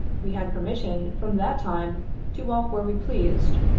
we had permission from that time to walk where we pleased,